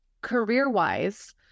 career-wise